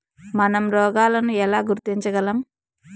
మనం రోగాలను ఎలా గుర్తించగలం?